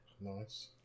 Nice